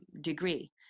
degree